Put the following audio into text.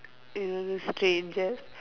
you know the stranger